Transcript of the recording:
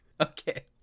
okay